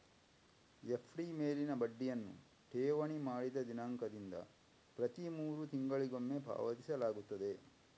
FD ಮೇಲಿನ ಬಡ್ಡಿಯನ್ನು ಠೇವಣಿ ಮಾಡಿದ ದಿನಾಂಕದಿಂದ ಪ್ರತಿ ಮೂರು ತಿಂಗಳಿಗೊಮ್ಮೆ ಪಾವತಿಸಲಾಗುತ್ತದೆ